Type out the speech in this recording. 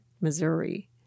Missouri